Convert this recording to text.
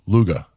Luga